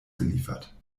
geliefert